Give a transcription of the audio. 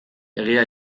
egia